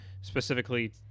specifically